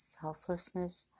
selflessness